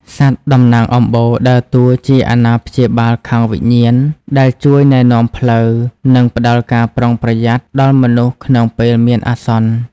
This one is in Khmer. សត្វតំណាងអំបូរដើរតួជា "អាណាព្យាបាលខាងវិញ្ញាណ" ដែលជួយណែនាំផ្លូវ និងផ្តល់ការប្រុងប្រយ័ត្នដល់មនុស្សក្នុងពេលមានអាសន្ន។